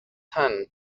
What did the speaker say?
tan